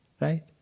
right